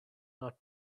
not